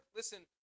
listen